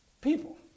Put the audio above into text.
People